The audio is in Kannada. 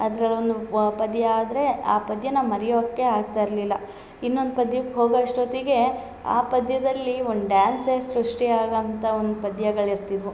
ಅದ್ರಲ್ಲಿ ಒಂದು ವ ಪದ್ಯ ಆದರೆ ಆ ಪದ್ಯನ ಮರಿಯೋಕೆ ಆಗ್ತಾ ಇರಲಿಲ್ಲ ಇನ್ನೊಂದು ಪದ್ಯಕ್ಕೆ ಹೋಗೋ ಅಷ್ಟೊತ್ತಿಗೆ ಆ ಪದ್ಯದಲ್ಲಿ ಒನ್ ಡ್ಯಾನ್ಸೆ ಸೃಷ್ಟಿ ಆಗೋ ಅಂಥ ಒಂದು ಪದ್ಯಗಳು ಇರ್ತಿದ್ವು